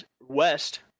West